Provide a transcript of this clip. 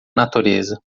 natureza